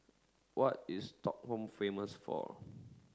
what is Stockholm famous for